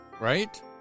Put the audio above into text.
Right